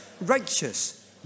righteous